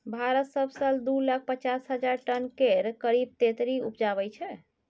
भारत सब साल दु लाख पचास हजार टन केर करीब तेतरि उपजाबै छै